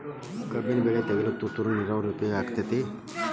ಕಬ್ಬಿನ ಬೆಳೆ ತೆಗೆಯಲು ತುಂತುರು ನೇರಾವರಿ ಉಪಯೋಗ ಆಕ್ಕೆತ್ತಿ?